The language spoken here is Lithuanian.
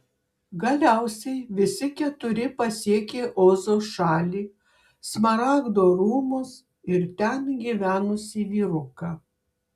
galiausiai visi keturi pasiekė ozo šalį smaragdo rūmus ir ten gyvenusį vyruką